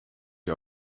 die